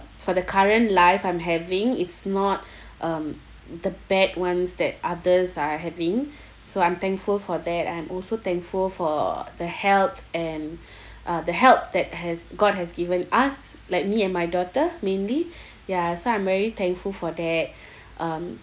for the current life I'm having it's not um the bad ones that others are having so I'm thankful for that I'm also thankful for the health and uh the help that has god has given us like me and my daughter mainly ya so I'm very thankful for that um